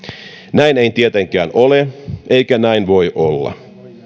näin ei tietenkään ole eikä näin voi olla